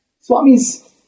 Swami's